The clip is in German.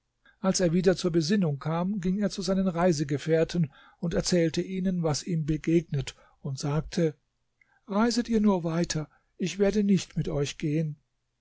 als er wieder zur besinnung kam ging er zu seinen reisegefährten und erzählte ihnen was ihm begegnet und sagte reiset ihr nur weiter ich werde nicht mit euch gehen